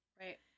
Right